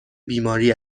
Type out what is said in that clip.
بیماری